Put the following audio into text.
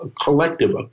collective